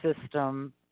system